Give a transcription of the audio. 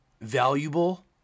valuable